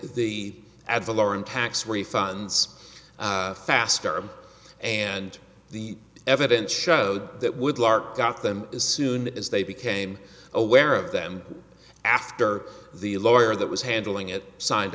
the at the lower income tax refunds faster and the evidence showed that would lark got them as soon as they became aware of them after the lawyer that was handling it signed